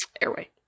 airway